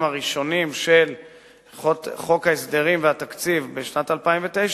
הראשונים של חוק ההסדרים והתקציב בשנת 2009,